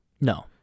No